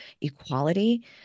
equality